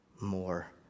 more